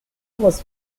was